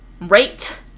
rate